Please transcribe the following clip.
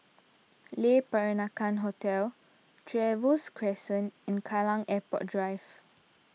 Le Peranakan Hotel Trevose Crescent and Kallang Airport Drive